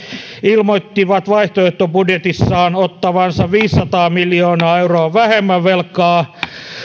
ilmoittivat vaihtoehtobudjetissaan ottavansa viisisataa miljoonaa euroa vähemmän velkaa mutta